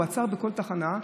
הוא עצר בכל תחנה,